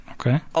okay